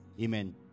Amen